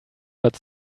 but